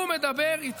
הוא מדבר איתי.